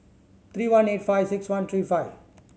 three one eight five six one three five